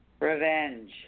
Revenge